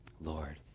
Lord